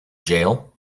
jail